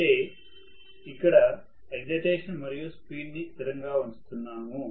అంటే ఇక్కడ ఎక్సైటేషన్ మరియు స్పీడ్ ని స్థిరంగా ఉంచుతున్నాము